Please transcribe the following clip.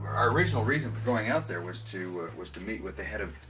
our original reason for going out there was to was to meet with the head of